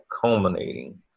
culminating